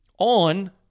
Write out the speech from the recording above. on